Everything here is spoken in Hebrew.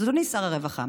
אז אדוני שר הרווחה,